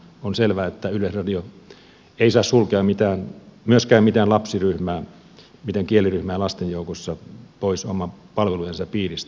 on selvää että yleisradio ei saa sulkea myöskään mitään lapsiryhmää mitään kieliryhmää lasten joukossa pois oman palvelujensa piiristä